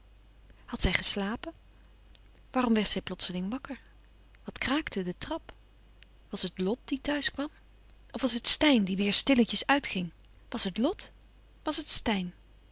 zij geslapen waarom werd zij plotseling wakker wat kraakte de trap was het lot die thuis kwam of was het steyn die weêr stilletjes uitging was het lot was het steyn